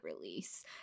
release